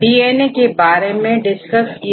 uracil के बारे में डिस्कस किया